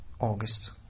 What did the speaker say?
August